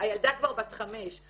הילדה כבר בת חמש,